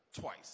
Twice